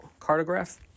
Cartograph